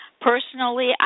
Personally